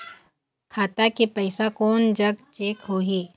खाता के पैसा कोन जग चेक होही?